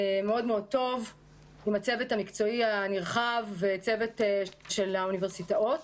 דיאלוג מאוד מאוד טוב עם הצוות המקצועי הנרחב והצוות של האוניברסיטאות.